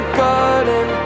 garden